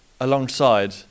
alongside